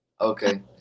okay